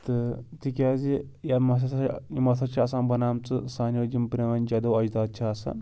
تہٕ تِکیٛازِ یِم ہَسا چھِ یِم ہَسا چھِ آسان بَنامژٕ سانیو یِم پرٛٲنۍ جَدو اجداد چھِ آسان